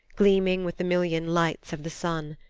gleaming with the million lights of the sun.